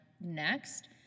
next